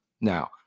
Now